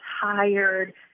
tired